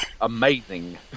amazing